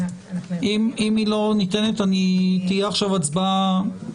אם היא לא ניתנת תהיה עכשיו הצבעה.